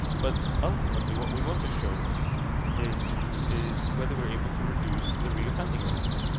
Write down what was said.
but ultimately what we want to show is is whether we're able to reduce the reoffending rates.